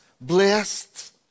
blessed